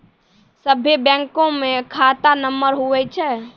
सभे बैंकमे खाता नम्बर हुवै छै